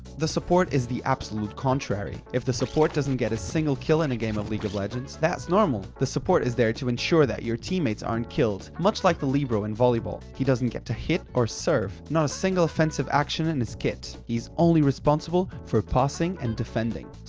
the support is the absolute contrary. if the support doesn't get a single kill in a game of league of legends that's normal. the support is there to ensure that your teammates aren't killed, much like the libero in volleyball. he doesn't get to hit or serve, not a single offensive action in his kit, he's only responsible for passing and defending.